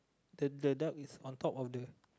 the the duck is on top of the